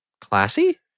Classy